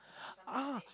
ah